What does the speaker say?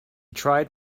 tried